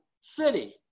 city